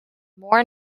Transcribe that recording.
more